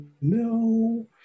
no